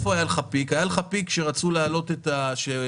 היה לך פיק כשרצו להעלות את המס,